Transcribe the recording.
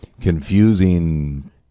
confusing